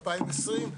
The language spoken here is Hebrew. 2020,